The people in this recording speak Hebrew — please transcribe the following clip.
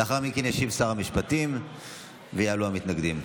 לאחר מכן ישיב שר המשפטים ויעלו המתנגדים.